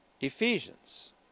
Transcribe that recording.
Ephesians